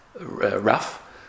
rough